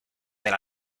del